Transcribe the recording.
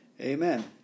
amen